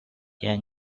young